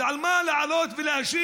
אז על מה לעלות ולהשיב?